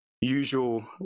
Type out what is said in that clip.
usual